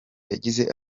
yagize